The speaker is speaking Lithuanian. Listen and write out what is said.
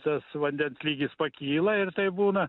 tas vandens lygis pakyla ir tai būna